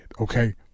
okay